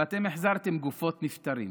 ואתם החזרתם גופות נפטרים,